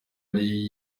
ari